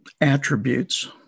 attributes